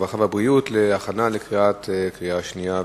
הרווחה והבריאות להכנה לקראת קריאה שנייה ושלישית.